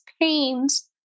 pains